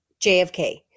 JFK